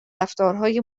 رفتارهای